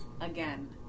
Again